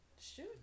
Shoot